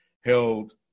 held